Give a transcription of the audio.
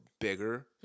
bigger